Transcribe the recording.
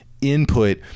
input